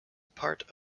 part